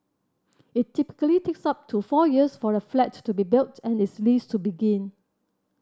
it typically takes up to four years for a flat to be built and its lease to begin